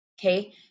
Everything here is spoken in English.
okay